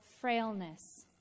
frailness